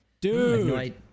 Dude